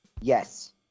Yes